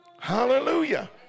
hallelujah